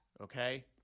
okay